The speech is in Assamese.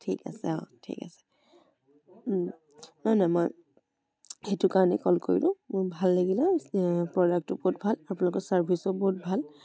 ঠিক আছে অ' ঠিক আছে নহয় নহয় মই সেইটো কাৰণেই কল কৰিলোঁ মোৰ ভাল লাগিলে প্ৰডাক্টটো বহুত ভাল আপোনালোকৰ ছাৰ্ভিচো বহুত ভাল